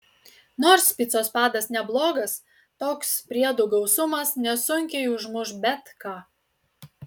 nors picos padas neblogas toks priedų gausumas nesunkiai užmuš bet ką